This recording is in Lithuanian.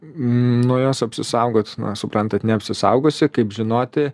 nuo jos apsisaugot na suprantat neapsisaugosi kaip žinoti